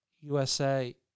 USA